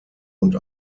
und